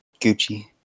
Gucci